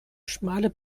schmale